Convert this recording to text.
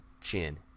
chin